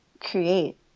create